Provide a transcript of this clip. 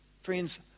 Friends